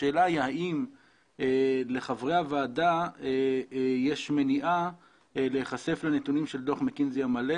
השאלה היא האם לחברי הוועדה יש מניעה להיחשף לנתונים של הדוח המלא